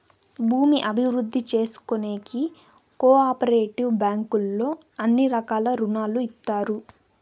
భూమి అభివృద్ధి చేసుకోనీకి కో ఆపరేటివ్ బ్యాంకుల్లో అన్ని రకాల రుణాలు ఇత్తారు